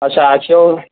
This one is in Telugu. ఆ సాక్షి